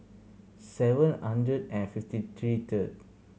seven hundred and fifty three third